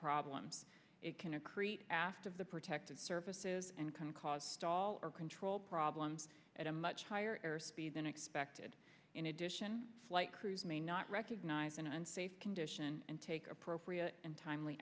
problems it can accrete aft of the protective services and can cause stall or control problems at a much higher airspeed than expected in addition flight crews may not recognize an unsafe condition and take appropriate and timely